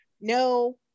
no